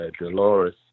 Dolores